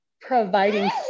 providing